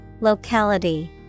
Locality